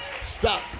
stop